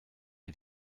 ihr